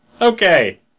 Okay